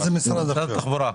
על משרד התחבורה.